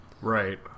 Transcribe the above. right